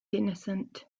innocent